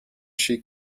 she